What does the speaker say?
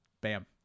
Bam